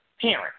parents